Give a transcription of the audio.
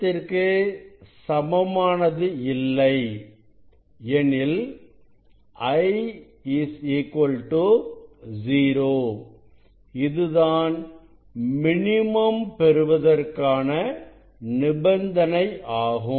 I 0 இதுதான் minimum பெறுவதற்கான நிபந்தனையாகும்